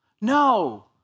No